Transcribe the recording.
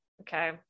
Okay